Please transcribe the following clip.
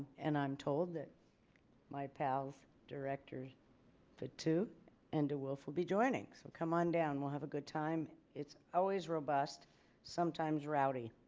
and i'm told that my pals director patu and dewolf will be joining. so come on down we'll have a good time. it's always robust sometimes rowdy